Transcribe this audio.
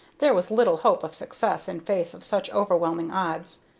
there was little hope of success in face of such overwhelming odds.